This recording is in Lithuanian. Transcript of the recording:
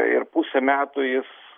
ir pusę metų jis